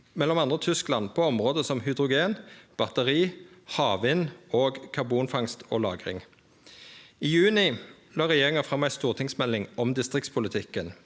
med m.a. Tyskland på område som hydrogen, batteri, havvind og karbonfangst og -lagring. I juni la regjeringa fram ei stortingsmelding om distriktspolitikken,